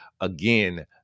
Again